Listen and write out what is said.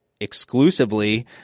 exclusively